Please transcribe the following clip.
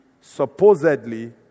supposedly